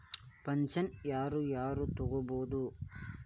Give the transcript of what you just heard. Pension ಯಾರ್ ಯಾರ್ ತೊಗೋಬೋದು?